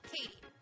Katie